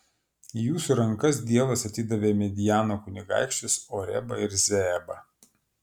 į jūsų rankas dievas atidavė midjano kunigaikščius orebą ir zeebą